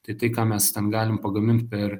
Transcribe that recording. tai tai ką mes ten galim pagamint per